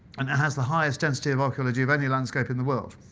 and it has the highest density of archeology of any landscape in the world.